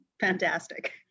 fantastic